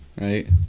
Right